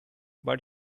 but